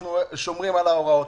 אנחנו שומרים על ההוראות,